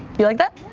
you like that?